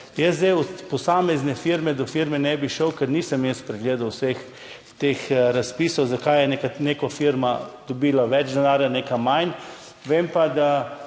Jaz zdaj od posamezne firme do firme ne bi šel, ker nisem pregledal vseh teh razpisov, zakaj je neka firma dobila več denarja, neka manj. Vem pa, da